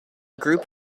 group